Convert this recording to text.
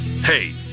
hey